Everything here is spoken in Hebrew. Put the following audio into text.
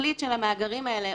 התכלית של המאגרים האלה.